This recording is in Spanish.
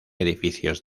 edificios